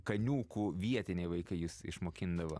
kaniūkų vietiniai vaikai jus išmokindavo